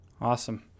Awesome